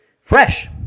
fresh